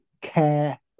care